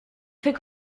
fait